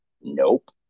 Nope